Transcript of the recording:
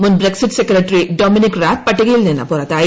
മുൻ Brexit secretary Dominic Raab പട്ടികയിൽ നിന്ന് പുറത്തായി